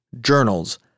journals